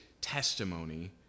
testimony